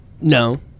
No